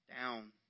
Down